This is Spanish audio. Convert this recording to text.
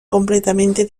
completamente